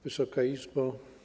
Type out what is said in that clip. Wysoka Izbo!